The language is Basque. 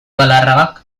galarragak